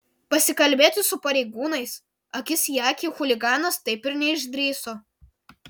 pasikalbėti su pareigūnais akis į akį chuliganas taip ir neišdrįso